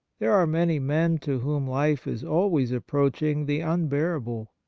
there are many men to whom life is always approaching the unbearable.